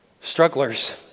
strugglers